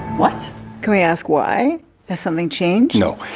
what can we ask, why has something changed so.